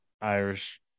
Irish